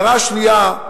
הערה שנייה,